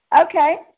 Okay